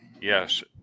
Yes